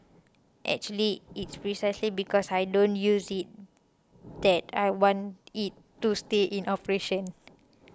actually it's precisely because I don't use it that I want it to stay in operation